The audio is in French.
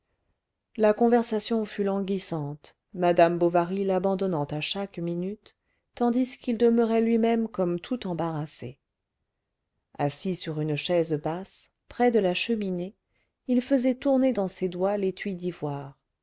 la conversation fut languissante madame bovary l'abandonnant à chaque minute tandis qu'il demeurait lui-même comme tout embarrassé assis sur une chaise basse près de la cheminée il faisait tourner dans ses doigts l'étui d'ivoire